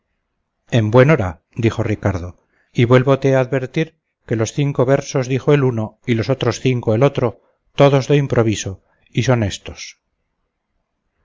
en buen hora dijo ricardo y vuélvote a advertir que los cinco versos dijo el uno y los otros cinco el otro todos de improviso y son éstos